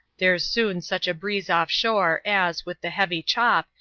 there's soon such a breeze off shore, as, with the heavy chop,